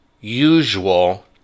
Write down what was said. usual